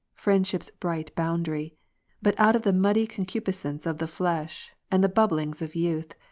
friendship's bright boundary but out of the muddy concupiscence of the flesh, and the bubblings of youth,